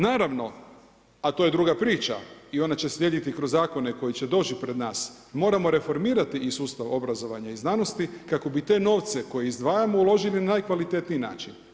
Naravno, a to je druga priča i ona će slijediti zakone koja će doći pred nas, moramo reformirati i sustav obrazovanja i znanosti, kako bi te novce, koje izdvajamo uložili na najkvalitetniji način.